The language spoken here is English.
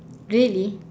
really